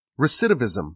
recidivism